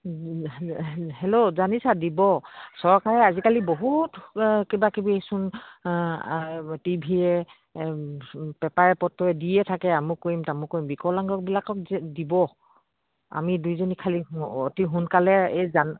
hello জানিছা দিব চৰকাৰে আজিকালি বহুত কিবাকিবিচোন টিভিয়ে পেপাৰে পত্ৰই দিয়ে থাকে আমুক কৰিম তামুক কৰিম বিকলাংগবিলাকক যে দিব আমি দুইজনী খালী অতি সোনকালে এই